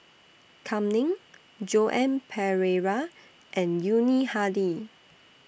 Kam Ning Joan Pereira and Yuni Hadi